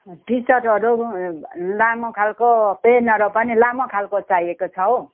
टिसर्टहरू लामो खालको पेन्टहरू पनि लामो खालको चाहिएको छ हो